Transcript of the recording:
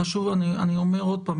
אני אומר עוד פעם,